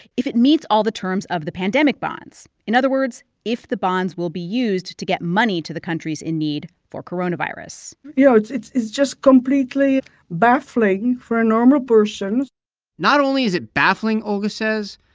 if it meets all the terms of the pandemic bonds in other words, if the bonds will be used to get money to the countries in need for coronavirus you know, it is just completely baffling for a normal person not only is it baffling, olga says,